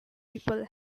people